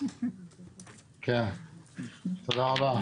תודה רבה.